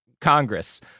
Congress